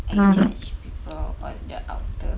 I judge people on their outer